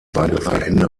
weitreichende